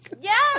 Yes